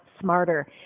smarter